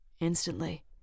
instantly